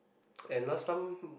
and last time